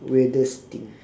weirdest thing